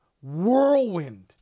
whirlwind